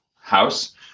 house